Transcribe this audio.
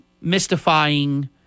mystifying